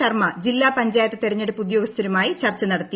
ശർമ്മ ജില്ലാ പഞ്ചായത്ത് തിരഞ്ഞെടുപ്പ് ഉദ്യോഗസ്ഥരുമായി ് ചർച്ച നടത്തി